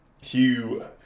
Hugh